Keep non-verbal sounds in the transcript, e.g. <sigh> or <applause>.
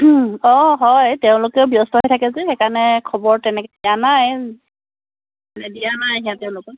অঁ হয় তেওঁলোকেও ব্যস্ত হৈ থাকে যে সেইকাৰণে খবৰ তেনেকে দিয়া নাই দিয়া নাই <unintelligible> তেওঁলোকক